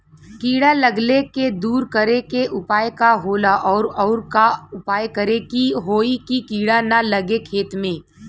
कीड़ा लगले के दूर करे के उपाय का होला और और का उपाय करें कि होयी की कीड़ा न लगे खेत मे?